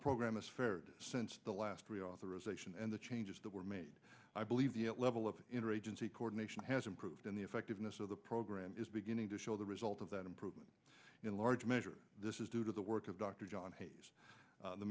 fared since the last reauthorization and the chain that were made i believe the level of interagency coordination has improved and the effectiveness of the program is beginning to show the result of that improvement in large measure this is due to the work of dr john hayes the